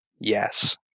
Yes